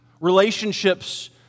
Relationships